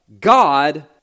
God